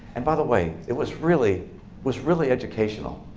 and by the way, it was really was really educational.